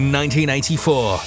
1984